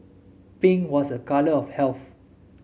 pink was a colour of health